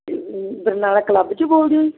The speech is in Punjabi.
ਬਰਨਾਲਾ ਕਲੱਬ ਚੌਂ ਬੋਲਦੇ ਹੋ ਜੀ